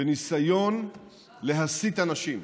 בניסיון להסיט אנשים.